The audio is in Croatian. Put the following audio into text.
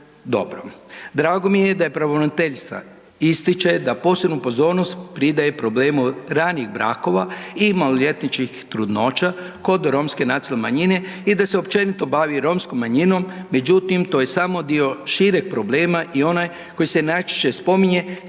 Drago mi je da je pravobraniteljica ističe da posebnu pozornost pridaje problemu ranijih brakova i maloljetničkih trudnoća kod romske nacionalne manjine i da se općenito bavi romskom manjinom. Međutim, to je samo dio šireg problema i onaj koji se najčešće spominje, čime se romska